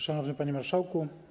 Szanowny Panie Marszałku!